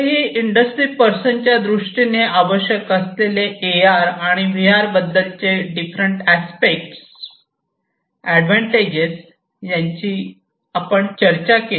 तरीही industry person च्या दृष्टीने आवश्यक असलेले ए आर आणि व्ही आर बद्दलचे डिफरंट अस्पेक्स एडवांटेज यांची आपण चर्चा केली